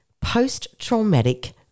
post-traumatic